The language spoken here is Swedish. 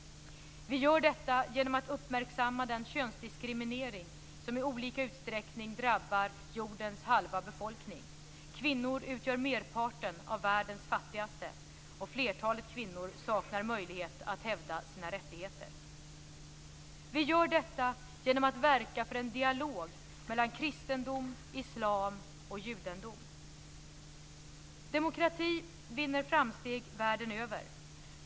Vi gör detta genom att uppmärksamma den könsdiskriminering som i olika utsträckning drabbar jordens halva befolkning. Kvinnor utgör merparten av världens fattigaste. Flertalet kvinnor saknar möjlighet att hävda sina rättigheter. Vi gör detta genom att verka för en dialog mellan kristendom, islam och judendom. Demokrati vinner framsteg världen över.